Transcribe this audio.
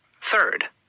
Third